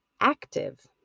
active